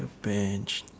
the bench